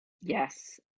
Yes